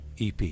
EP